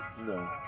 No